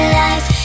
life